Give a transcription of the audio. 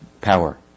power